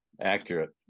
accurate